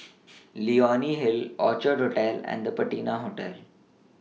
Leonie Hill Orchid Hotel and The Patina Hotel